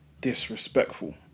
disrespectful